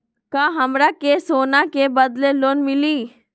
का हमरा के सोना के बदले लोन मिलि?